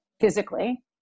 physically